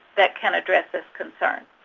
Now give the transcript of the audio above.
that can address this concern.